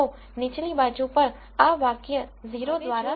તો નીચલી બાજુ પર આ વાક્ય 0 દ્વારા બાઉન્ડ થશે